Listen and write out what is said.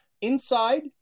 Inside